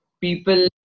people